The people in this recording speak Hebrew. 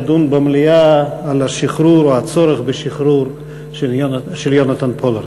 לדון במליאה על השחרור או הצורך בשחרור של יונתן פולארד.